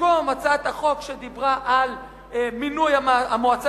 במקום הצעת החוק שדיברה על מינוי המועצה